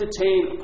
entertain